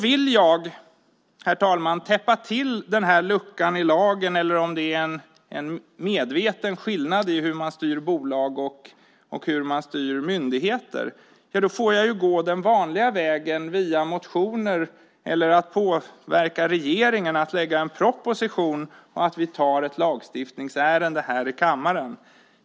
Vill jag, herr talman, täppa till den här luckan i lagen, eller om det är en medveten skillnad mellan hur man styr bolag och hur man styr myndigheter, får jag ju gå den vanliga vägen via motioner eller att påverka regeringen att lägga en proposition så att vi får ett lagstiftningsärende här i kammaren.